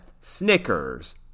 Snickers